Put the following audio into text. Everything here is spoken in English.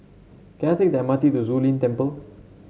can I take the M R T to Zu Lin Temple